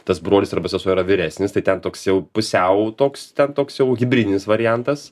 tas brolis arba sesuo yra vyresnis tai ten toks jau pusiau toks ten toks jau hibridinis variantas